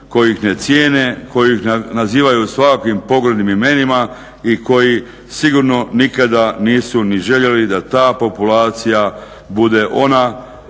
koji ih ne cijene, koji ih nazivaju svakakvim pogrdnim imenima i koji sigurno nikada nisu ni željeli da ta populacija bude ona